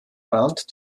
rand